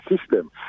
system